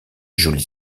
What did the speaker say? joli